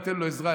אני אתן לו עזרה,